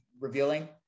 revealing